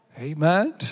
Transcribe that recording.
Amen